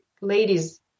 Ladies